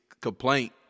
complaint